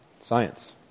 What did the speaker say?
Science